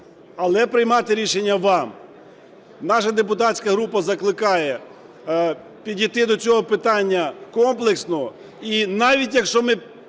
Але приймати рішення вам. Наша депутатська група закликає підійти до цього питання комплексно.